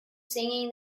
singing